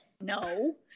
No